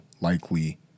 likely